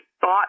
thought